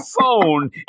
phone